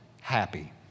happy